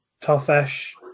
tough-ish